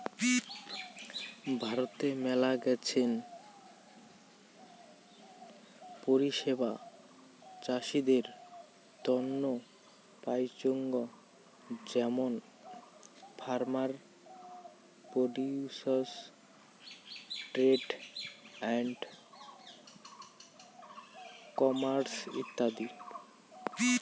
ভারতে মেলাছেন পরিষেবা চাষীদের তন্ন পাইচুঙ যেমন farmer produce trade and commerce ইত্যাদি